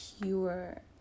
pure